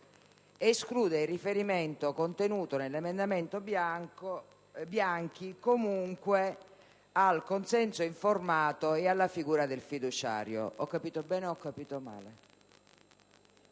esclude il riferimento, contenuto nell'emendamento Bianchi, comunque al consenso informato ed alla figura del fiduciario. Lei ha cioè